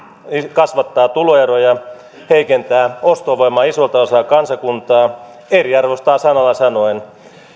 kasvattaa tuloeroja heikentää ostovoimaa isolta osalta kansakuntaa eriarvoistaa sanalla sanoen